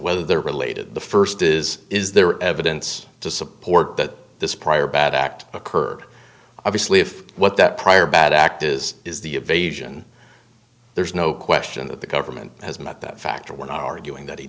whether they're related the first is is there evidence to support that this prior bad act occurred obviously if what that prior bad act is is the evasion there's no question that the government has met that factor we're not arguing that he